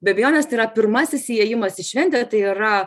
be abejonės tai yra pirmasis įėjimas į šventę tai yra